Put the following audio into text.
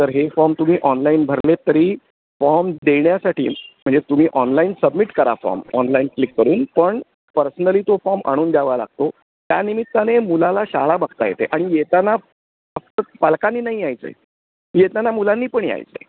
तर हे फॉर्म तुम्ही ऑनलाईन भरले आहेत तरी फॉर्म देण्यासाठी म्हणजे तुम्ही ऑनलाईन सबमिट करा फॉर्म ऑनलाईन क्लिक करून पण पर्सनली तो फॉर्म आणून द्यावा लागतो त्यानिमित्ताने मुलाला शाळा बघता येते आणि येताना फक्त पालकांनी नाही यायचं आहे येताना मुलांनी पण यायचं आहे